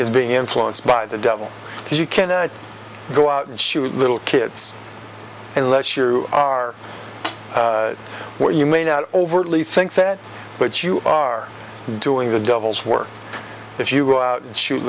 is being influenced by the devil he can't go out and shoot little kids unless you are what you may not overtly think that but you are doing the devil's work if you go out and shoot